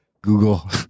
Google